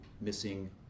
missing